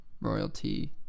royalty